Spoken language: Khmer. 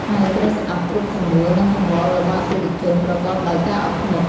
ហើយត្រូវស្តាប់គ្រប់សំណួរ និងកង្វល់របស់អតិថិជនប្រកបដោយការអត់ធ្មត់។